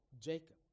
Jacob